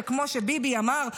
שכמו שביבי אמר,